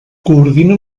coordina